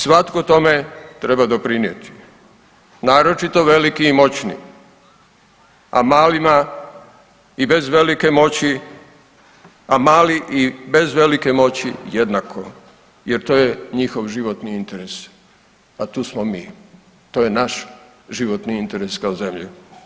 Svatko tome treba doprinijeti, naročito veliki i moćni, a malima i bez velike moli, a mali i bez velike moći jednako jer to je njihov životni interes, a tu smo mi, to je naš životni interes kao zemlje.